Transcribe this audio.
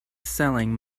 selling